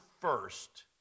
first